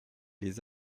les